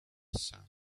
said